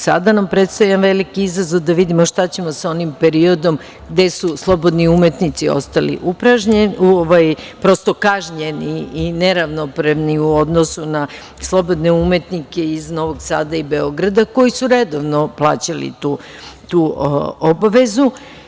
Sada nam predstoji jedan veliki izazov da vidimo šta ćemo sa onim periodom gde su slobodni umetnici ostali prosto kažnjeni i neravnopravni u odnosu na slobodne umetnike iz Novog Sada i Beograda koji su redovno plaćali tu obavezu.